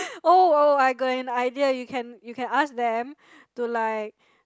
oh oh I got an idea you can you can ask them to like